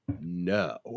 no